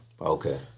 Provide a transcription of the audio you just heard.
Okay